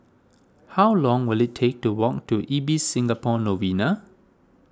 how long will it take to walk to Ibis Singapore Novena